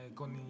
con